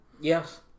Yes